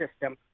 system